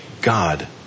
God